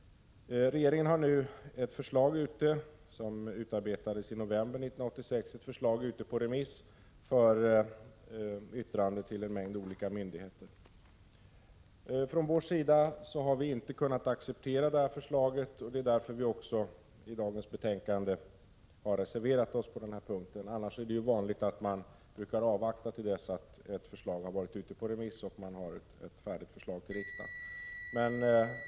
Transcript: Regeringen har nu ett förslag, som utarbetats i november 1986, ute på remiss för yttranden hos en mängd olika myndigheter. Från vår sida har vi inte kunnat acceptera förslaget. Därför har vi också i dagens betänkande reserverat oss på denna punkt. Annars är det vanligt att man avvaktar tills ett förslag har varit på remiss och man har ett färdigt förslag till riksdagen.